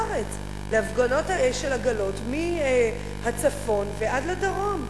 בכל הארץ, להפגנות של עגלות, מהצפון ועד לדרום.